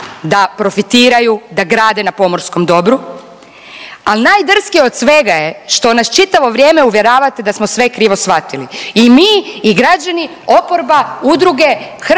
da profitiraju, da grade na pomorskom dobru, ali najdrskije od svega je što nas čitavo vrijeme uvjeravate da smo sve krivo shvatili i mi i građani, oporba, udruge, hrvatska